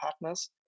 partners